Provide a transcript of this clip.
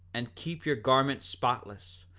and keep your garments spotless,